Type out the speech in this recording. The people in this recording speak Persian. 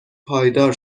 پایدار